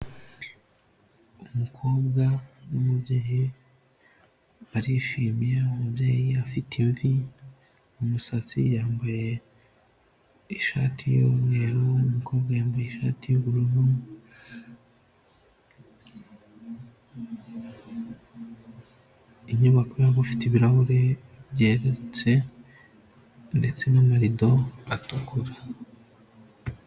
Umukobwa n'umubyeyi barishimye, umubyeyi afite imvi mu musatsi, yambaye ishati y'umweru, umukobwa yambaye ishati y'ubururu, inyubako yabo ifite ibirahure byerurutse ndetse n'amarido atukura.